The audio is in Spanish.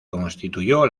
constituyó